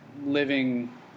living